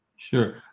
Sure